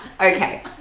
Okay